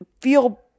feel